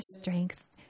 strength